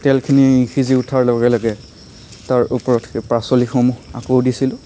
তেলখিনি সিজি উঠাৰ লগে লগে তাৰ ওপৰত এই পাচলিসমূহ আকৌ দিছিলোঁ